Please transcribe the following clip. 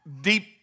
deep